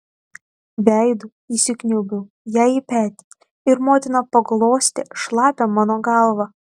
veidu įsikniaubiau jai į petį ir motina paglostė šlapią mano galvą